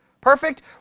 perfect